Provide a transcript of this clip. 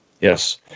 Yes